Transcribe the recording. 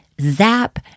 zap